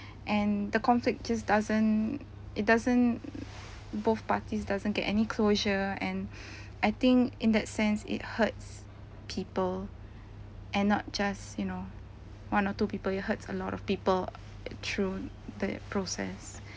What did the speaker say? and the conflict just doesn't it doesn't both parties doesn't get any closure and I think in that sense it hurts people and not just you know one or two people it hurts a lot of people through the process